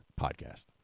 podcast